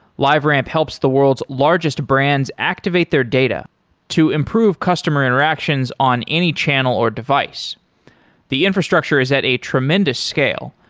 liveramp helps the world's largest brands activate their data to improve customer interactions on any channel or device the infrastructure is at a tremendous scale.